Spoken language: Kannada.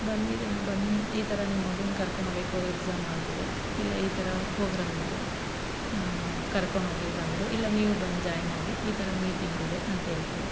ಬಂದಿದೆ ಬಂದು ಈ ಥರ ನಿಮ್ಮ ಮಗುನ ಕರ್ಕೊಣೋಬೇಕು ಎಗ್ಸಾಮ್ ಆಗಿದೆ ಇಲ್ಲ ಈ ಥರ ಫೋಗ್ರಾಮ್ ಇದೆ ಕರ್ಕೊಣೋಗಿ ಬಂದು ಇಲ್ಲ ನೀವು ಬಂದು ಜಾಯ್ನ್ ಆಗಿ ಈ ಥರ ಮೀಟಿಂಗಿದೆ ಅಂತೇಳ್ತಾರೆ